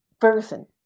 person